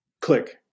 click